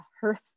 hearth